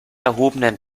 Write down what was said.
erhobenen